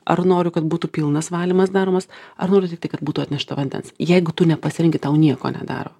ar noriu kad būtų pilnas valymas daromas ar noriu tiktai kad būtų atnešta vandens jeigu tu nepasirenki tau nieko nedaro